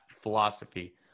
philosophy